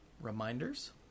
Reminders